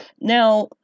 Now